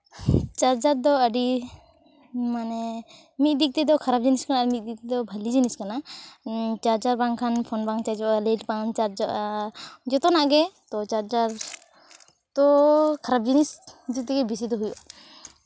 charger ᱫᱚ ᱟᱹᱰᱤ ᱢᱟᱱᱮ ᱢᱤᱫ ᱫᱤᱠ ᱛᱮᱫᱚ ᱠᱷᱟᱨᱟᱯ ᱡᱤᱱᱤᱥ ᱠᱟᱱᱟ ᱢᱤᱫ ᱫᱤᱠ ᱛᱮᱫᱚ ᱵᱷᱟᱹᱞᱤ ᱡᱤᱱᱤᱥ ᱠᱟᱱᱟ ᱪᱟᱨᱡᱟᱨ ᱵᱟᱝᱠᱷᱟᱱ ᱯᱷᱳᱱ ᱵᱟᱝ ᱪᱟᱨᱡᱚᱜᱼᱟ ᱞᱟᱭᱤᱴ ᱵᱟᱝ ᱪᱟᱨᱡᱚᱜᱼᱟ ᱡᱚᱛᱚᱱᱟᱜ ᱜᱮ ᱛᱳ ᱪᱟᱨᱡᱟᱨ ᱛᱳ ᱠᱷᱟᱨᱟᱯ ᱡᱤᱱᱤᱥ ᱡᱩᱛ ᱜᱮ ᱵᱮᱥᱤ ᱫᱚ ᱦᱩᱭᱩᱜᱼᱟ